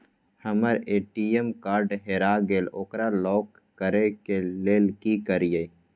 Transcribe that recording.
हमर ATM card हेरा गेल ओकरा लॉक करै के लेल की करियै?